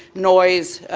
noise,